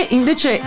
invece